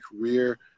career